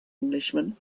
englishman